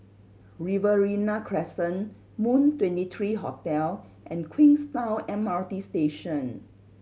Riverina Crescent Moon Twenty three Hotel and Queenstown M R T Station